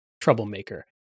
troublemaker